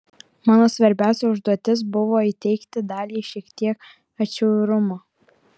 mano svarbiausia užduotis buvo įteigti daliai šiek tiek atšiaurumo